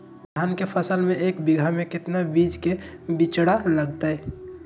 धान के फसल में एक बीघा में कितना बीज के बिचड़ा लगतय?